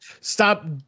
stop